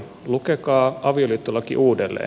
lukekaa avioliittolaki uudelleen